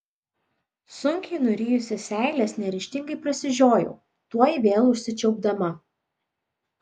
sunkiai nurijusi seiles neryžtingai prasižiojau tuoj vėl užsičiaupdama